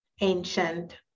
ancient